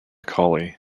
colley